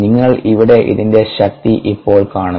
നിങ്ങൾ ഇവിടെ ഇതിൻറെ ശക്തി ഇപ്പോൾ കാണുന്നു